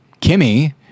Kimmy